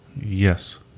yes